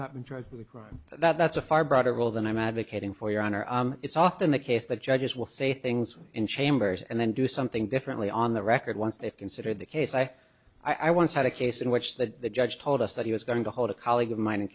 not been tried with a crime that's a far broader role than i'm advocating for your honor it's often the case that judges will say things in chambers and then do something differently on the record once they've considered the case i i once had a case in which the judge told us that he was going to hold a colleague of mine